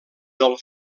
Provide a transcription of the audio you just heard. del